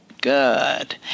Good